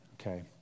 okay